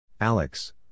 Alex